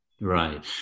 Right